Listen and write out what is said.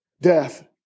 death